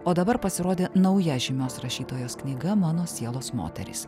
o dabar pasirodė nauja žymios rašytojos knyga mano sielos moterys